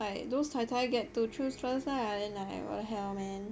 like those 太太 get to choose first lah then like what the hell man